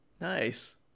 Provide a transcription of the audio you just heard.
Nice